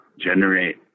generate